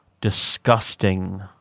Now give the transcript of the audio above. disgusting